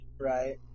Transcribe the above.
Right